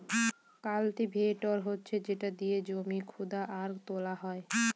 cultivator হচ্ছে যেটা দিয়ে জমি খুদা আর তোলা হয়